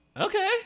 Okay